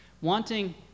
wanting